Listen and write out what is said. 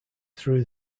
through